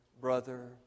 brother